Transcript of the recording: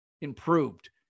improved